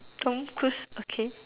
Tom Cruise okay